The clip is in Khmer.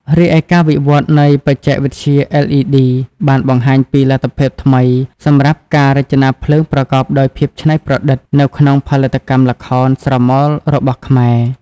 រីឯការវិវត្តន៍នៃបច្ចេកវិទ្យា LED បានបង្ហាញពីលទ្ធភាពថ្មីសម្រាប់ការរចនាភ្លើងប្រកបដោយភាពច្នៃប្រឌិតនៅក្នុងផលិតកម្មល្ខោនស្រមោលរបស់ខ្មែរ។